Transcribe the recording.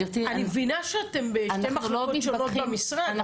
אני מבינה שאתם --- אנחנו לא מתווכחים.